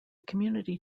community